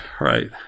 Right